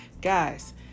Guys